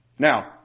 Now